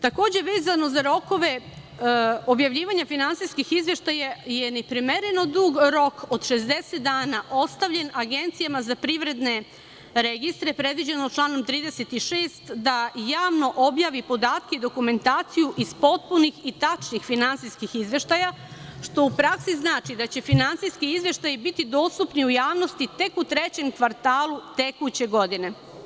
Takođe vezano za rokove za objavljivanja finansijskih izveštaja je neprimereno dug rok od 60 dana ostavljen agencijama za privredne registre, predviđeno članom 36, da javno objavi podatke, dokumentaciju iz potpunih i tačnih finansijskih izveštaja, što u praksi znači da će finansijski izveštaji biti dostupni javnosti tek u trećem kvartalu tekuće godine.